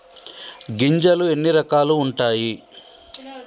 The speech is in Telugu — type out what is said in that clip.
గింజలు ఎన్ని రకాలు ఉంటాయి?